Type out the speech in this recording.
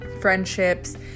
Friendships